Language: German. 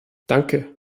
danke